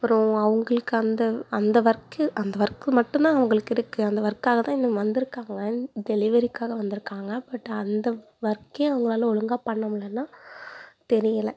அப்புறம் அவங்களுக்கு அந்த அந்த ஒர்க்கு அந்த ஒர்க்கு மட்டும்தான் அவங்களுக்கு இருக்குது அந்த ஒர்க்காகதான் இங்கே வந்திருக்காங்க டெலிவெரிக்காக வந்திருக்காங்க பட் அந்த ஒர்க்கே அவங்களால ஒழுங்கா பண்ண முடியலனா தெரியல